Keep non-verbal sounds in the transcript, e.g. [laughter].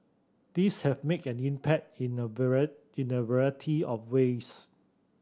these have made an impact in a [unintelligible] in a variety of ways